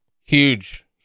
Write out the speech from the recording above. huge